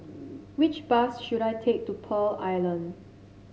which bus should I take to Pearl Island